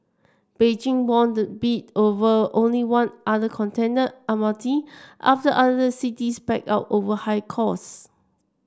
Beijing won the bid over only one other contender Almaty after other cities backed out over high costs